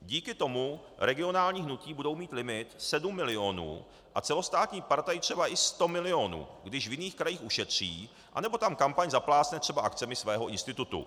Díky tomu regionální hnutí budou mít limit sedm milionů a celostátní partaj třeba i sto milionů, když v jiných krajích ušetří, anebo tam kampaň zaplácne třeba akcemi svého institutu.